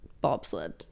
bobsled